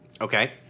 Okay